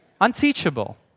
Unteachable